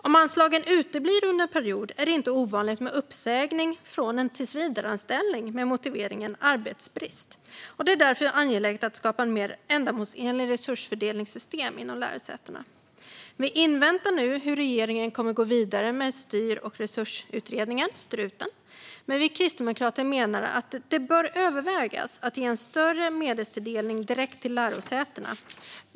Om anslagen uteblir under en period är det inte ovanligt med uppsägning från en tillsvidareanställning med motiveringen arbetsbrist. Det är därför angeläget att skapa ett mer ändamålsenligt resursfördelningssystem inom lärosätena. Vi inväntar nu hur regeringen kommer att gå vidare med Styr och resursutredningen, Struten, men vi kristdemokrater menar att det bör övervägas att ge en större medelstilldelning direkt till lärosätena.